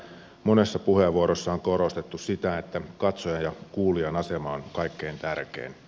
monessa puheenvuorossa on korostettu sitä että katsojan ja kuulijan asema on kaikkein tärkein